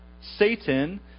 Satan